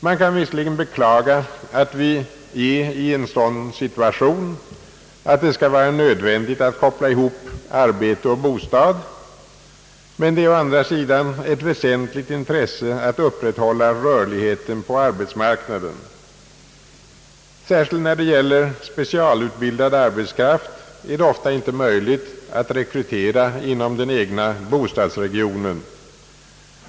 Man kan visserligen beklaga att vi befinner oss i en sådan situation att det skall vara nödvändigt att koppla ihop arbete och bostad, men det är å andra sidan ett väsentligt intresse att upprätthålla rörligheten på arbetsmarknaden. Särskilt när det gäller specialutbildad arbetskraft är det ofta inte möjligt att rekrytera inom den egna bostadsregionen.